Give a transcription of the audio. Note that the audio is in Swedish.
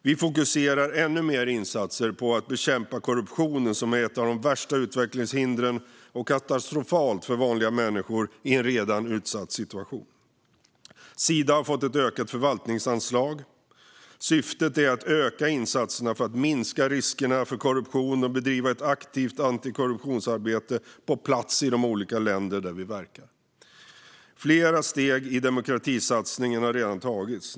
Vi fokuserar ännu mer insatser på att bekämpa korruptionen, som är ett av de värsta utvecklingshindren och katastrofalt för vanliga människor i en redan utsatt situation. Sida har fått ett ökat förvaltningsanslag. Syftet är att öka insatserna för att minska riskerna för korruption och bedriva ett aktivt antikorruptionsarbete på plats i de olika länder där vi verkar. I somras fick Sida även ett nytt uppdrag för att inventera, utveckla och stärka arbetet med demokratin i utvecklingssamarbete. Också på det sättet ska demokratibiståndet stärkas. Flera steg i demokratisatsningen har redan tagits.